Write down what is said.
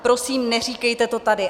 Prosím, neříkejte to tady.